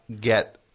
get